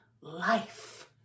life